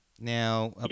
now